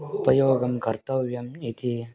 उपयोगं कर्तव्यम् इति